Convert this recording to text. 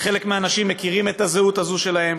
חלק מאנשיהם מכירים את הזהות הזאת שלהם